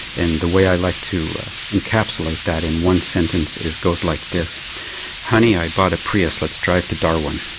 and the way i like to encapsulate that in one sentence is it goes like this honey, i bought a prius, let's drive to darwin.